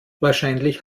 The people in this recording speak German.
wahrscheinlich